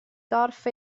gorff